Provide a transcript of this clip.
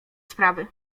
sprawy